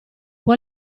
può